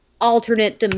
alternate